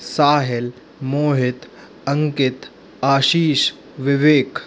Sahil Mohit Ankit Ashish Vivek